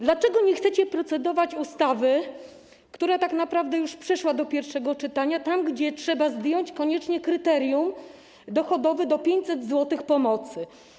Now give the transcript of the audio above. Dlaczego nie chcecie procedować nad ustawą, która tak naprawdę już przeszła do pierwszego czytania, gdzie trzeba zdjąć koniecznie kryterium dochodowe do 500 zł pomocy?